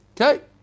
Okay